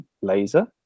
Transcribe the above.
laser